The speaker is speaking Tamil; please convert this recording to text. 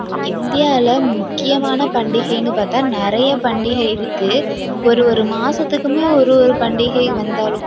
இந்தியாவில முக்கியமான பண்டிகையின்னு பார்த்தா நிறைய பண்டிகை இருக்கு ஒரு ஒரு மாதத்துக்குமே ஒரு ஒரு பண்டிகை வந்தாலும்